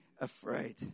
afraid